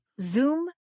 Zoom